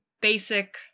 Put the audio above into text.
basic